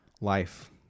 life